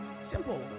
Simple